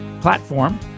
platform